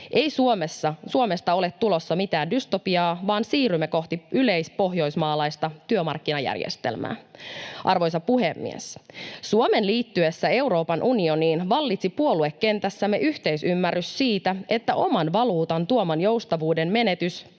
Ei Suomesta ole tulossa mitään dystopiaa, vaan siirrymme kohti yleispohjoismaalaista työmarkkinajärjestelmää. Arvoisa puhemies! Suomen liittyessä Euroopan unioniin vallitsi puoluekentässämme yhteisymmärrys siitä, että oman valuutan tuoman joustavuuden menetys